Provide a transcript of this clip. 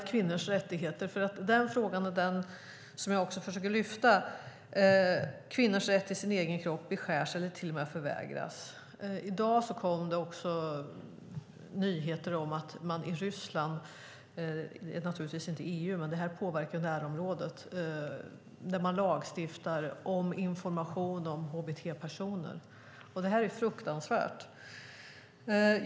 Kvinnans rätt till sin egen kropp beskärs eller till och med förvägras. I dag kom det nyheter om att man i Ryssland - det är naturligtvis inte i EU, men det påverkar närområdet - lagstiftar om information om hbt-personer. Det är fruktansvärt.